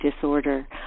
disorder